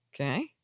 Okay